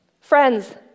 Friends